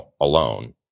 alone